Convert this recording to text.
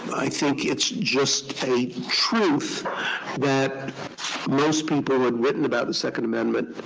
i think it's just a truth that most people who had written about the second amendment,